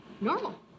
Normal